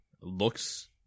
Looks